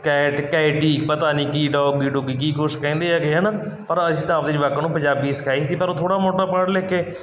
cat ਕੈਟੀ ਪਤਾ ਨਹੀਂ ਕੀ ਡੋਗੀ ਡੁਗੀ ਕੀ ਕੁਛ ਕਹਿੰਦੇ ਹੈਗੇ ਹੈਨਾ ਪਰ ਅਸੀਂ ਤਾਂ ਆਪਣੇ ਜਵਾਕਾਂ ਨੂੰ ਪੰਜਾਬੀ ਸਿਖਾਈ ਸੀ ਪਰ ਉਹ ਥੋੜ੍ਹਾ ਮੋਟਾ ਪੜ੍ਹ ਲਿਖ ਕੇ